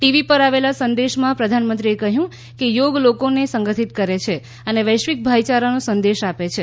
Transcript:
TV પર આવેલા સંદેશમાં પ્રધાનમંત્રીએ કહ્યું કે થોગ લોકોને સંગઠિત કરે છે અને વૈશ્વિક ભાઇચારાનો સંદેશ આપે છે